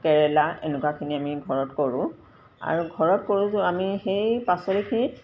কেৰেলা এনেকুৱাখিনি আমি ঘৰত কৰোঁ আৰু ঘৰত কৰোঁতো আমি সেই পাচলিখিনিত